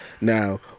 Now